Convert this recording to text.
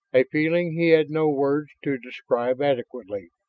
a feeling he had no words to describe adequately.